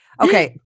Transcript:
Okay